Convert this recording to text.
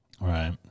Right